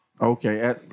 Okay